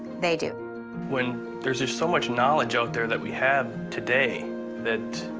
they do when there's there's so much knowledge out there that we have today that